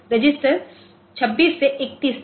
register 26 से 31 तक